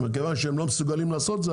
מכיוון שהם לא מסוגלים לעשות את זה,